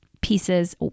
pieces